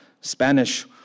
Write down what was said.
Spanish